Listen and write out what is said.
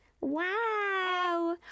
wow